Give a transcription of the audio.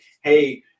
hey